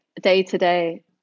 day-to-day